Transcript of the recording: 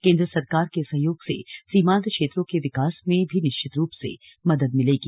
केन्द्र सरकार के सहयोग से सीमान्त क्षेत्रों के विकास में भी निश्चित रूप से मदद मिलेगी